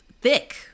thick